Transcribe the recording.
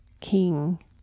king